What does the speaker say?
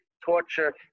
torture